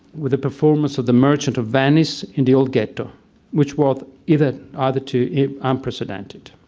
with the performance of the merchant of venice in the old ghetto which was either are the two unprecedented.